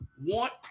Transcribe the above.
want